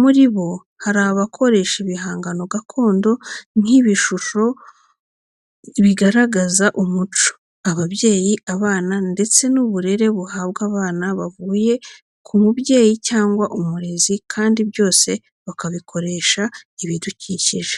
muri bo hari abakora ibihangano gakondo nk'ibishusho bigaragaza umuco, ababyeyi n'abana, ndetse n'uburere buhabwa abana buvuye k'umubyeyi cyangwa umurezi kandi byose bakabikoresha ibidukikije.